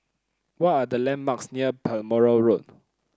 what are the landmarks near Balmoral Road